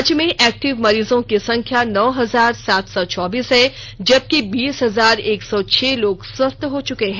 राज्य में एक्टिव मरीजों की संख्या नौ हजार सात सौ चौबीस है जबकि बीस हजार एक सौ छेह लोग स्वस्थ हो चुके है